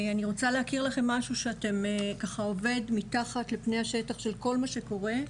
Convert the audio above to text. אני רוצה להכיר לכם משהו שעובד מתחת לפני השטח של כל מה שקורה.